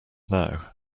now